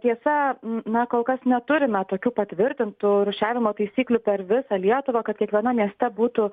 tiesa na kol kas neturime tokių patvirtintų rūšiavimo taisyklių per visą lietuvą kad kiekvienam mieste būtų